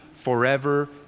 forever